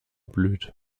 blüht